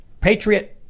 Patriot